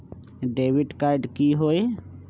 Debit card की होई?